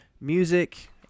music